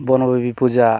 Bonbibi Puja